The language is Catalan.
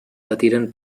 patiren